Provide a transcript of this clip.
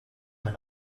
mein